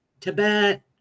Tibet